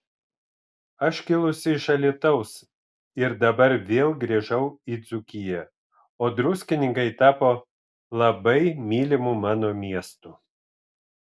aš kilusi iš alytaus ir dabar vėl grįžau į dzūkiją o druskininkai tapo labai mylimu mano miestu